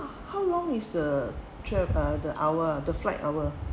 how long is the trip uh the hour the flight our